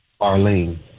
Arlene